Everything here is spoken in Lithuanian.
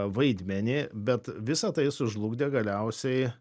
vaidmenį bet visa tai sužlugdė galiausiai